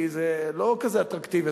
כי זה לא כזה אטרקטיבי,